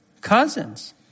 cousins